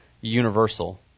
universal